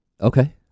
Okay